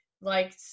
liked